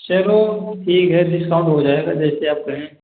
चलो ठीक है डिस्काउंट हो जाएगा जैसे आप कहें